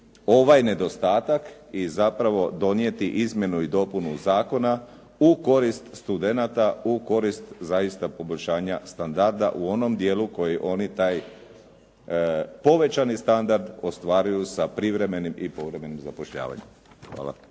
ovaj nedostatak i zapravo donijeti izmjenu i dopunu zakona u korist studenata, u korist zaista poboljšanja standarda u onom dijelu koji oni taj povećani standard ostvaruju sa privremenim i povremenim zapošljavanjem. Hvala.